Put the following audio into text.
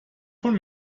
von